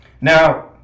Now